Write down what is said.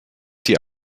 die